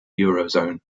eurozone